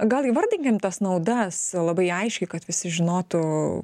gal įvardinkim tas naudas labai aiškiai kad visi žinotų